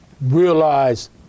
realize